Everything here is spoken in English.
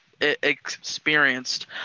experienced